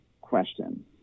question